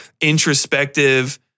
introspective